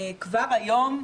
כבר היום,